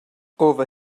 over